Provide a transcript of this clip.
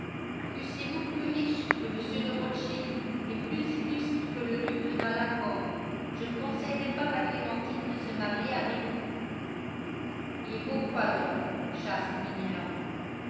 fussiez-vous plus riche que mr de rothschild et plus illustre que le duc de malakoff je ne conseillerais pas à clémentine de se marier avec vous et pourquoi donc chaste minerve